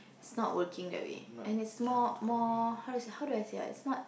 it's not working that way and it's more more how do I how do I say ah it's not